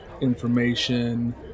information